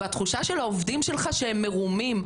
התחושה של העובדים שלך היא שהם מרומים,